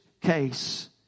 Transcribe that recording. case